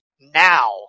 now